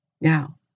now